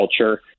culture